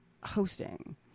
hosting